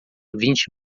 vinte